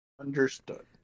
Understood